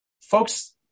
folks